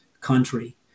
country